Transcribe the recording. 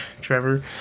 Trevor